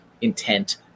intent